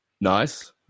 nice